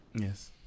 Yes